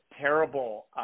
terrible